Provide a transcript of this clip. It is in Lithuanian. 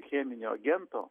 cheminio agento